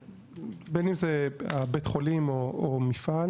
בין אם זה הבית חולים או מפעל,